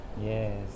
Yes